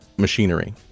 machinery